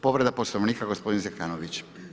Povreda poslovnika, gospodin Zekanović.